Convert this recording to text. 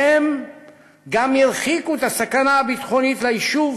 הם גם הרחיקו את הסכנה הביטחונית ליישוב